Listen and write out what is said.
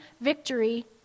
victory